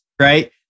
right